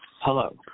Hello